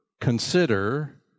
consider